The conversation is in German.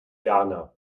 jana